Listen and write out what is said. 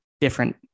different